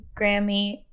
Grammy